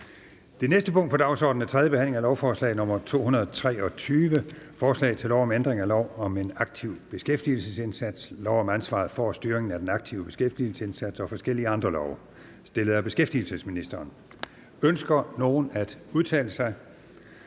Det næste punkt på dagsordenen er: 7) 3. behandling af lovforslag nr. L 223: Forslag til lov om ændring af lov om en aktiv beskæftigelsesindsats, lov om ansvaret for og styringen af den aktive beskæftigelsesindsats og forskellige andre love. (Reform af kontanthjælpssystemet, uddannelsespålæg,